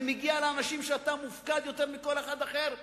זה מגיע לאנשים שאתה מופקד יותר מכל אחד אחר עליהם.